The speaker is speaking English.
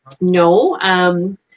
no